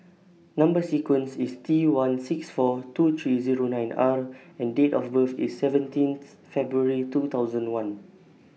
Number sequence IS T one six four two three nine R and Date of birth IS seventeenth February two thousand one